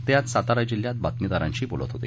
ते आज सातारा जिल्ह्यात बातमीदारांशी बोलत होते